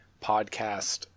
podcast